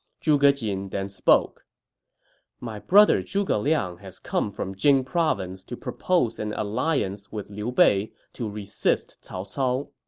zhuge jin then spoke my brother zhuge liang has come from jing province to propose an alliance with liu bei to resist cao cao.